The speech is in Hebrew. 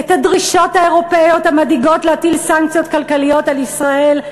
את הדרישות האירופיות המדאיגות להטיל סנקציות כלכליות על ישראל,